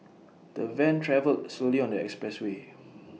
the van travelled slowly on the expressway